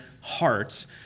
hearts